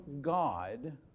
God